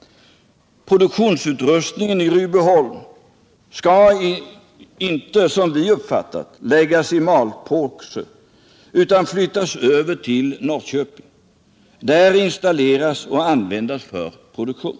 Produktionsutrustningen är i behåll och skall inte, som vi hade uppfattat, läggas i malpåse utan flyttas över till Norrköping för att där installeras och användas i produktion.